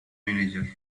manager